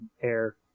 Air